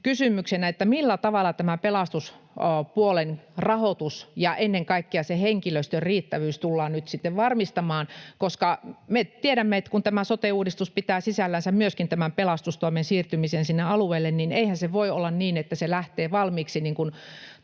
kysymyksenä, millä tavalla tämä pelastuspuolen rahoitus ja ennen kaikkea henkilöstön riittävyys tullaan nyt varmistamaan. Kun me tiedämme, että tämä sote-uudistus pitää sisällänsä myöskin tämän pelastustoimen siirtymisen sinne alueille, niin eihän se voi olla niin, että se lähtee valmiiksi